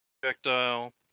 projectile